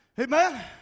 amen